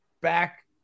back